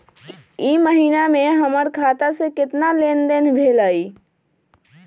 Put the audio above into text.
ई महीना में हमर खाता से केतना लेनदेन भेलइ?